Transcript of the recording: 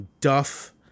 Duff